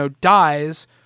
dies